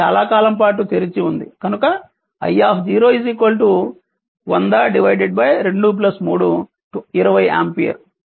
అది చాలా కాలం పాటు తెరిచి ఉంది కనుక i 100 23 20 ఆంపియర్